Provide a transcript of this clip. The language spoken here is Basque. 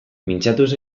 mintzatuz